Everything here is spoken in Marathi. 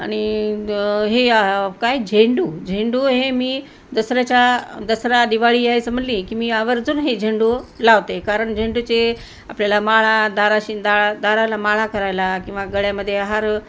आणि हे काय झेंडू झेंडू हे मी दसऱ्याच्या दसरा दिवाळी यायचं म्हणाली की मी आवर्जून हे झेंडू लावते कारण झेंडूचे आपल्याला माळा दाराशी अन दाळा दाराला माळा करायला किंवा गळ्यामध्ये हार